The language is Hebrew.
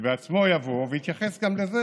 שבעצמו יבוא ויתייחס גם לזה.